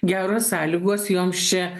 geros sąlygos joms čia